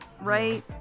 Right